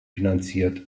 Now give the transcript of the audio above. finanziert